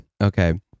Okay